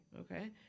Okay